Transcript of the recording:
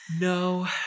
No